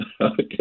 Okay